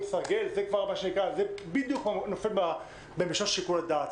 סרגל זה בדיוק נופל במישור שיקול הדעת.